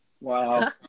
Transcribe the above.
Wow